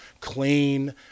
clean –